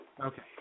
Okay